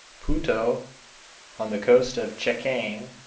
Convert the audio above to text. puto on the coast of chekiang,